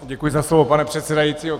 Děkuji za slovo, pane předsedající.